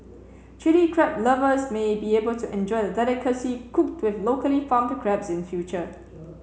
Chilli Crab lovers may be able to enjoy the delicacy cooked with locally farmed crabs in future